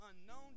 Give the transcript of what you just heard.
unknown